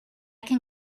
can